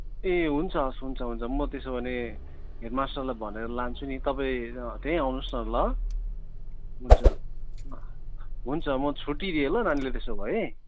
ए हुन्छ हवस् हुन्छ हुन्छ म त्यसो भने हेडमास्टरलाई भनेर लान्छु नि तपाईँ त्यहीँ आउनुहोस् न ल हुन्छ हुन्छ म छुट्टी दिएँ ल नानीलाई त्यसो भए